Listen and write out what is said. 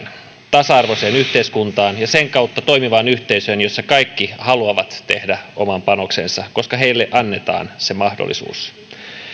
tähän tasa arvoiseen yhteiskuntaan ja sen kautta toimivaan yhteisöön jossa kaikki haluavat tehdä oman panoksensa koska heille annetaan se mahdollisuus